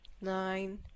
nine